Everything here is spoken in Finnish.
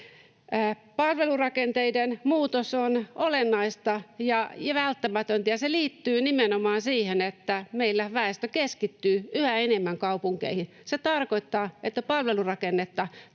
Palvelurakenteiden muutos on olennaista ja välttämätöntä, ja se liittyy nimenomaan siihen, että meillä väestö keskittyy yhä enemmän kaupunkeihin. Se tarkoittaa, että palvelurakennetta